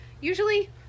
usually